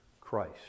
Christ